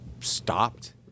stopped